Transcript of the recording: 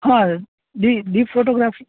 હં દીપ ફોટોગ્રાફી